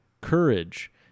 courage